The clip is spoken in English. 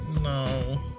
No